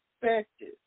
perspective